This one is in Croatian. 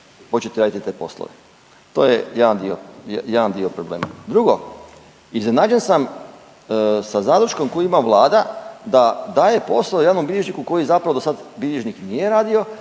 početi raditi te poslove. To je jedan dio problema. Drugo, iznenađen sam sa zadrškom koju ima Vlada da daje poslove javnom bilježniku koji zapravo do sada bilježnik nije radio,